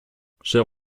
cher